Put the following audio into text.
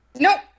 Nope